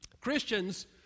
Christians